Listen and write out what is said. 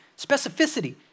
specificity